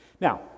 now